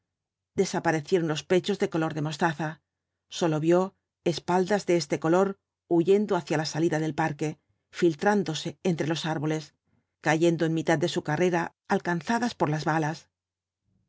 desaparecieron los pechos de color de mostaza sólo vio espaldas de este color huyendo hacia la salida del parque filtrándose entre los árboles cayendo en mitad de su carrera alcanzadas por las balas